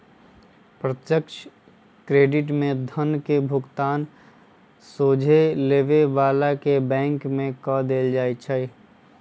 प्रत्यक्ष क्रेडिट में धन के भुगतान सोझे लेबे बला के बैंक में कऽ देल जाइ छइ